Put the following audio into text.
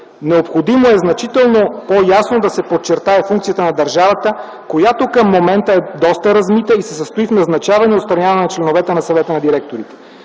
Необходимо е значително по-ясно да се подчертае функцията на държавата, която към момента е доста размита и се състои в назначаване и отстраняване на членовете на Съвета на директорите.